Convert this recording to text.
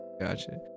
gotcha